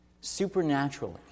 supernaturally